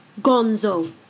Gonzo